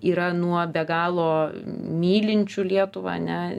yra nuo be galo mylinčių lietuvą ane